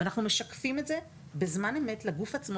אנחנו משקפים את זה בזמן אמת לגוף עצמו